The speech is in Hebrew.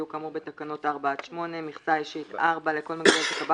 יהיו כאמור בתקנות 4 עד 8. מכסה אישית לכל מגדל תיקבע